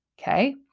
Okay